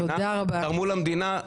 תרמו למדינה.